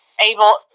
able